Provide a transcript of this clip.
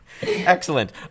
Excellent